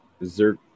Zerk